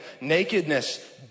nakedness